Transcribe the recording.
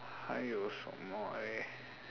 还有什么 eh